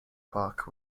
park